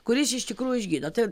kuris iš tikrųjų išgydo tai